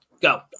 go